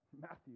Matthew